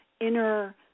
inner